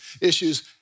issues